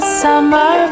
summer